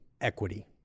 equity